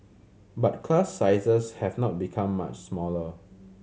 but class sizes have not become much smaller